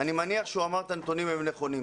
אני מניח שאם הוא אמר את הנתונים, הם נכונים.